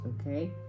okay